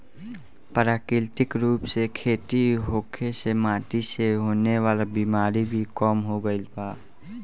प्राकृतिक रूप से खेती होखे से माटी से होखे वाला बिमारी भी कम हो गईल बा